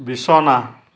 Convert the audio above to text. বিছনা